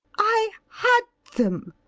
i had them?